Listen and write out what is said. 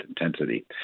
intensity